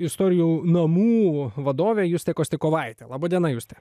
istorijų namų vadovė justė kostikovaitė laba diena juste